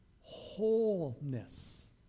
wholeness